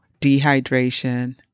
dehydration